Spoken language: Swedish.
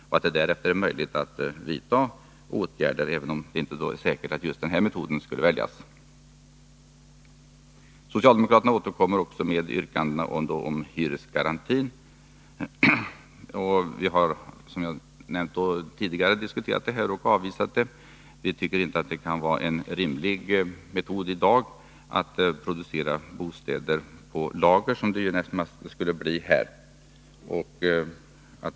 Därefter kan det vara möjligt att vidta en sådan här åtgärd — även om det inte är säkert att just denna metod skulle väljas. Socialdemokraterna återkommer med yrkandet om hyresgaranti. Vi har, som jag nämnde, tidigare diskuterat förslaget och avvisat det. Vi tycker inte att det i dag kan vara en rimlig metod att producera bostäder på lager, som det nästan skulle bli fråga om här.